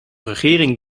regering